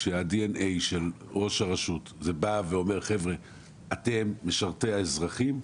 כאשר ראש הרשות בא ואומר אתם משרתי האזרחים,